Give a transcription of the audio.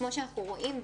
כמו שאנו רואים,